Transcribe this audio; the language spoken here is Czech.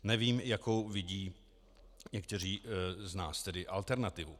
Nevím, jakou vidí někteří z nás tedy alternativu.